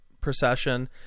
procession